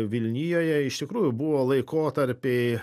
vilnijoje iš tikrųjų buvo laikotarpiai